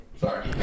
Sorry